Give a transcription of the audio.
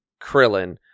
krillin